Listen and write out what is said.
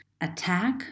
attack